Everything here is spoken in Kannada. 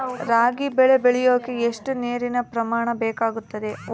ರಾಗಿ ಬೆಳೆ ಬೆಳೆಯೋಕೆ ಎಷ್ಟು ನೇರಿನ ಪ್ರಮಾಣ ಬೇಕಾಗುತ್ತದೆ?